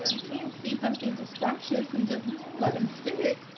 can't see something this scrumptious and just let him sit.